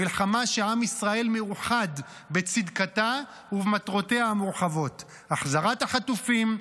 מלחמה שעם ישראל מאוחד בצדקתה ובמטרותיה המורחבות: החזרת החטופים,